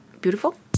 beautiful